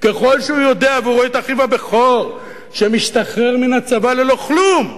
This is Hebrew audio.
ככל שהוא יודע ורואה את אחיו הבכור שמשתחרר מהצבא ללא כלום,